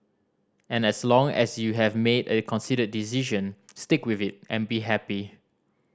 and as long as you have made a considered decision stick with it and be happy